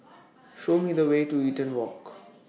Show Me The Way to Eaton Walk